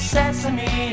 Sesame